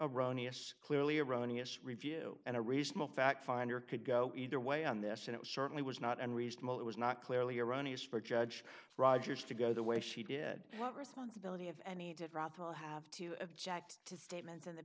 erroneous clearly erroneous review and a reasonable fact finder could go either way on this and it certainly was not unreasonable it was not clearly erroneous for judge rogers to go the way she did what responsibility of any to froth will have to object to statements in the